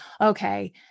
okay